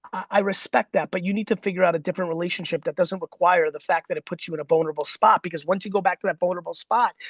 i respect that, but you need to figure out a different relationship that doesn't require the fact that it puts you in a vulnerable spot, because once you go back to that vulnerable spot,